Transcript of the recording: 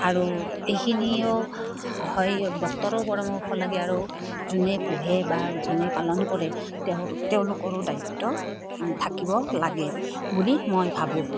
আৰু এইখিনিও হয় ডাক্তৰৰো পৰামৰ্শ লাগে আৰু যোনে পোহে বা যোনে পালন কৰে তেওঁ তেওঁলোকৰো দায়িত্ব থাকিব লাগে বুলি মই ভাবোঁ